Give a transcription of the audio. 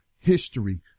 history